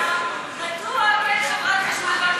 אז אם יש הוראות מדוע כן חברת חשמל,